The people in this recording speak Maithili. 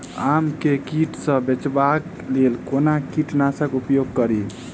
आम केँ कीट सऽ बचेबाक लेल कोना कीट नाशक उपयोग करि?